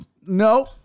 no